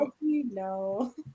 No